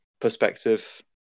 perspective